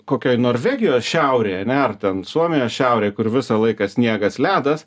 kokioj norvegijos šiaurėj ane ar ten suomijos šiaurėj kur visą laiką sniegas ledas